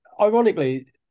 Ironically